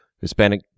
Hispanic